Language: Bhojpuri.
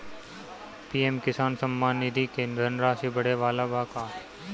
पी.एम किसान सम्मान निधि क धनराशि बढ़े वाला बा का?